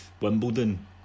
Wimbledon